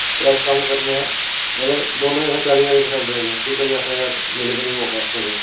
अस कम्म करने आं मतलब दोनों जगह् चाली चाली परसैंट भी कोई आखने दा बिल गै निं होगा